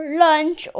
lunch